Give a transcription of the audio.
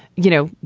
you know,